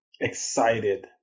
excited